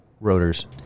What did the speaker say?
rotors